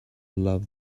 love